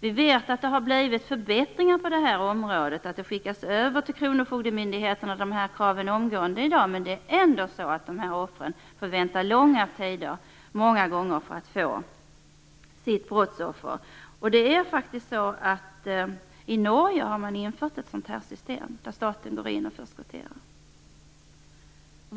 Vi vet att det har skett förbättringar på det här området, att kraven omgående skickas över till kronofogdemyndigheten i dag. Men offren får många gånger ändå vänta långa tider på att få sitt skadestånd. I Norge har man infört ett system där staten går in och förskotterar skadeståndet.